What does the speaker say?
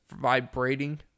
vibrating